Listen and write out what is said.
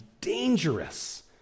dangerous